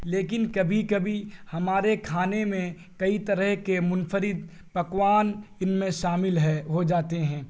لیکن کبھی کبھی ہمارے کھانے میں کئی طرح کے منفرد پکوان ان میں شامل ہے ہو جاتے ہیں